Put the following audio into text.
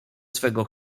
swego